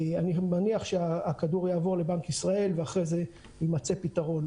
אני מניח שהכדור יעבור לבנק ישראל ואחרי זה יימצא פתרון.